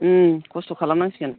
खस्थ' खालामनांसिगोन